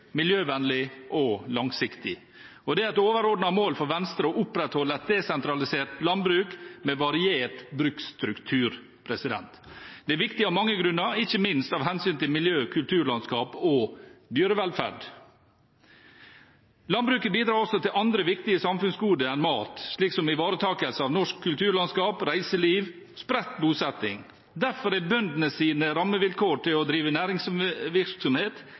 miljøvennlig og langsiktig, og det er et overordnet mål for Venstre å opprettholde et desentralisert landbruk med variert bruksstruktur. Det er viktig av mange grunner, ikke minst av hensyn til miljø, kulturlandskap og dyrevelferd. Landbruket bidrar også til andre viktige samfunnsgoder enn mat, slik som ivaretakelse av norsk kulturlandskap, reiseliv og spredt bosetting. Derfor er bøndenes rammevilkår for å drive næringsvirksomhet